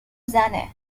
زنه